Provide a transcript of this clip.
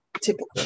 typical